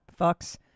fucks